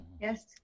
Yes